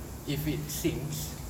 if it sinks